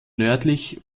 nördlich